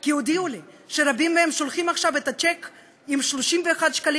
כי הודיעו לי שרבים מהם שולחים עכשיו את הצ'ק עם 31 שקלים,